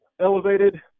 elevated